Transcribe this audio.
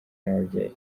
n’ababyeyi